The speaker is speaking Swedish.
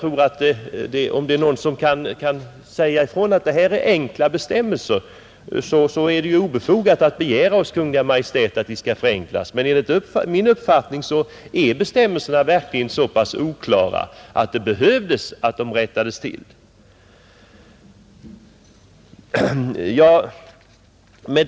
Om någon kan säga ifrån att det här är enkla bestämmelser, så är det ju obefogat att begära hos Kungl. Maj:t att de skall förenklas. Enligt min uppfattning är bestämmelserna emellertid så oklara att de behöver rättas till. Herr talman!